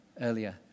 earlier